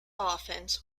offense